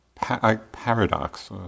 paradox